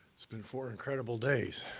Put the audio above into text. it's been four incredible days.